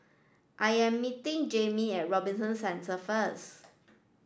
I am meeting Jaimie at Robinson Centre first